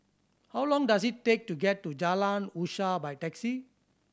how long does it take to get to Jalan Usaha by taxi